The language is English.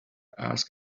ask